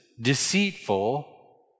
deceitful